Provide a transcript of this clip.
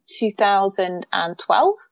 2012